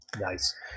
Nice